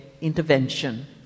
intervention